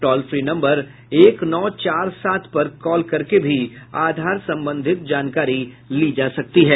toll free number एक नौ चार सात पर कॉल करके भी आधार संबंधित जानकारी ली जा सकती है